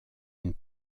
une